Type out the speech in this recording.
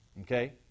Okay